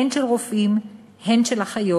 הן של רופאים, הן של אחיות,